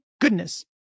goodness